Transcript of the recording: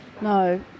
no